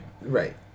Right